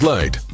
Light